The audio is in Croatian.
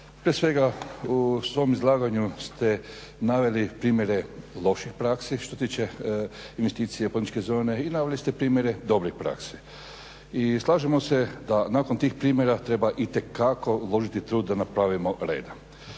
prije svega u svom izlaganju ste naveli primjere loših praksi što se tiče investicije poduzetničke zone i naveli ste primjere dobrih praksi i slažemo se da nakon tih primjera treba itekako uložiti trud da napravimo reda.